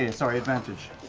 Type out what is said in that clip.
ah sorry. advantage.